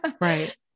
Right